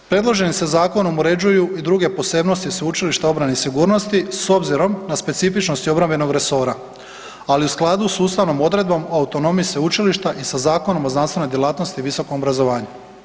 Predloženim se zakonom uređuju i druge posebnosti Sveučilišta obrane i sigurnosti s obzirom na specifičnosti obrambenog resora ali u skladu s ustavnom odredbom o autonomiji sveučilišta i sa Zakonom o znanstvenoj djelatnosti i visokom obrazovanju.